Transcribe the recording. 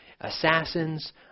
assassins